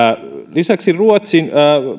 lisäksi ruotsin